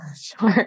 sure